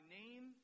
name